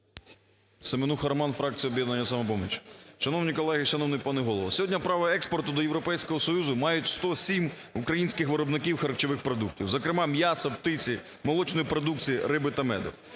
Семенуха Роман, фракція "Об'єднання "Самопоміч". Шановні колеги, шановний пане Голово! Сьогодні право експорту до Європейського Союзу мають 107 українських виробників харчових продуктів, зокрема м'яса, птиці, молочної продукції, риби та меду.